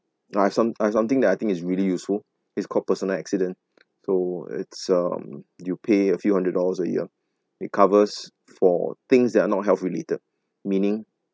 I have some I have something that I think is really useful it's called personal accident so it's um you pay a few hundred dollars a year it covers for things that are not health related meaning